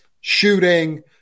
shooting